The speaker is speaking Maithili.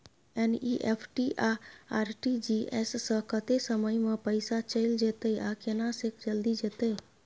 एन.ई.एफ.टी आ आर.टी.जी एस स कत्ते समय म पैसा चैल जेतै आ केना से जल्दी जेतै?